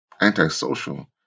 antisocial